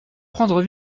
prendre